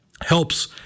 helps